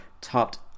Topped